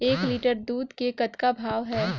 एक लिटर दूध के कतका भाव हे?